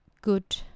good